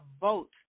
vote